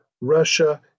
Russia